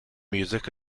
music